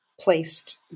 placed